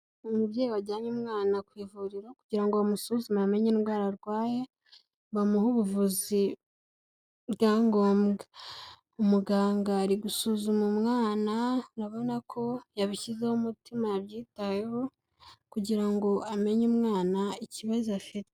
Umubyeyi wajyanye umwana ku ivuriro, kugira ngo bamusuzume amenye indwara arwaye, bamuhe ubuvuzi byangombwa. Umuganga ari gusuzuma umwana arabona ko yabishyizeho umutima yabyitayeho, kugira ngo amenye umwana ikibazo afite.